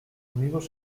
amigos